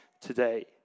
today